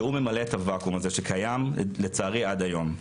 שהוא ממלא את הוואקום הזה שקיים לצערי עד היום.